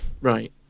Right